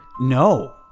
No